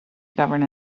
govern